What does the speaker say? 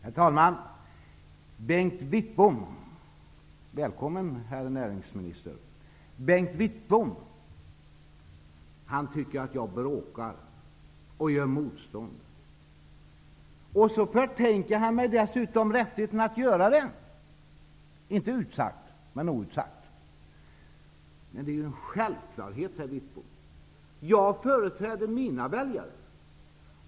Herr talman! Bengt Wittbom -- välkommen herr näringsminister -- tycker att jag bråkar och gör motstånd. Han förtar mig dessutom rättigheten att göra det, inte utsagt men outsagt. Det är en självklarhet, herr Wittbom, att jag företräder mina väljare.